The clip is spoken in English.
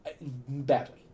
badly